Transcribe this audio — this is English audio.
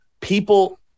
people